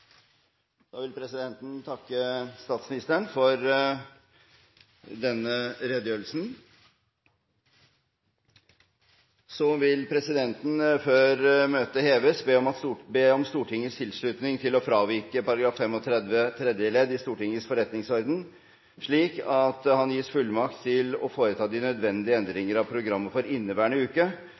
Presidenten vil takke statsministeren for meddelelsen. Så vil presidenten før møtet heves, be om Stortingets tilslutning til å fravike § 35 tredje ledd i Stortingets forretningsorden, slik at han gis fullmakt til å foreta de nødvendige endringer av programmet for inneværende uke